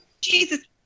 Jesus